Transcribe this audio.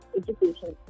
education